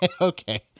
Okay